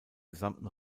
gesamten